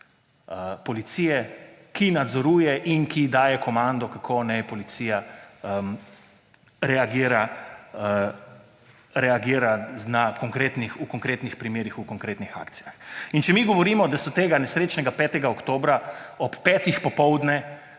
policije, ki nadzoruje in ki daje komando, kako naj policija reagira v konkretnih primerih, v konkretnih akcijah. In če mi govorimo, da so tega nesrečnega 5. oktobra ob petih popoldne